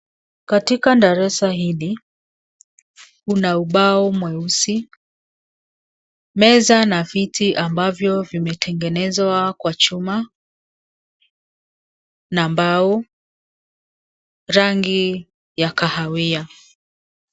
Katika darasa hili kuna ubao mweusi, meza na viti ambavyo vimetengenezwa kwa chuma na mbao rangi ya kahawia.